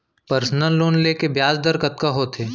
Personal loan ले के ब्याज दर कतका होथे?